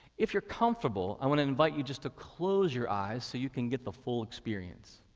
if you're comfortable, i want to invite you just to close your eyes so you can get the full experience.